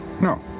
No